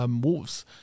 Wolves